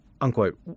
unquote